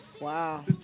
Wow